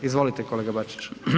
Izvolite, kolega Bačić.